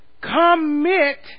Commit